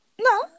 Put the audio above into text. No